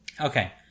Okay